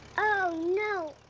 oh no!